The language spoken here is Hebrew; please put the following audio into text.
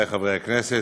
המציע,